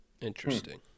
Interesting